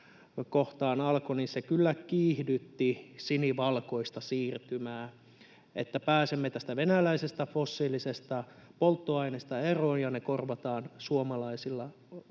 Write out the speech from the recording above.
kohtaan alkoi, se kyllä kiihdytti sinivalkoista siirtymää: Sitä, että pääsemme tästä venäläisestä fossiilisesta polttoaineesta eroon ja se korvataan suomalaisilla